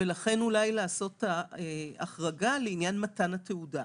ולכן אולי לעשות החרגה לעניין מתן התעודה.